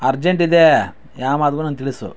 ಅರ್ಜೆಂಟಿದೆ ಯಾವ ಮಾತಿಗೂ ನನಗೆ ತಿಳಿಸು